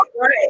Right